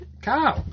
cow